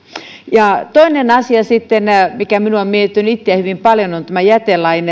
toinen asia sitten mikä mietityttää minua itseäni hyvin paljon on jätelain